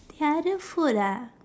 the other food ah